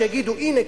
שיגידו: הנה,